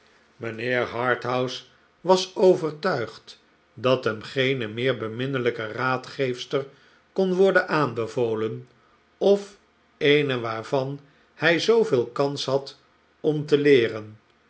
mijnheer harthouse was overtuigd dat hem geene meer beminnelijke raadgeefster kon worden aanbevolen of eene waarvan hij zoovee kans had om te leeren